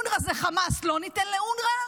אונר"א זה חמאס, לא ניתן לאונר"א,